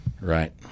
Right